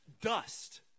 dust